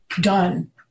done